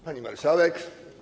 Pani Marszałek!